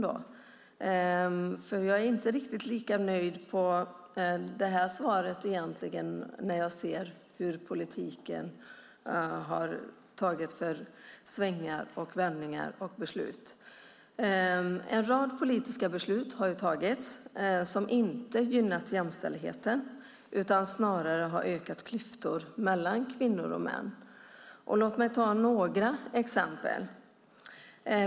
Jag är nämligen inte riktigt lika nöjd med det här svaret när jag ser vad det har varit för svängar, vändningar och beslut i politiken. En rad politiska beslut har tagits som inte har gynnat jämställdheten utan snarare har ökat klyftorna mellan kvinnor och män. Låt mig ta några exempel!